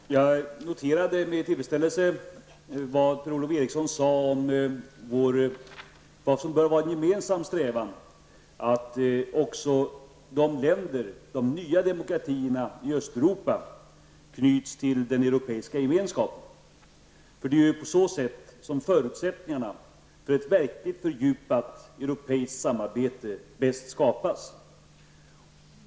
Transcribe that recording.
Herr talman! Jag noterade med tillfredsställelse vad Per-Ola Eriksson sade om vad som bör vara en gemensam strävan om att de nya demokratierna i Östeuropa skall till den europeiska gemenskapen. Det är på så sätt som förutsättningarna för ett verkligt fördjupat europeiskt samarbete bäst skapas.